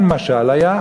כן משל היה.